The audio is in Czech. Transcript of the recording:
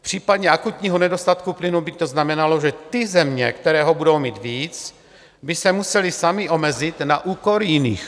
V případě akutního nedostatku plynu by to znamenalo, že ty země, které ho budou mít víc, by se musely samy omezit na úkor jiných.